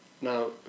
now